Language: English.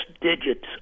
digits